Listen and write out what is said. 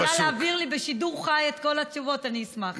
שיכולה להעביר לי בשידור חי את כל התשובות אני אשמח,